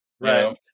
Right